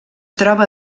troba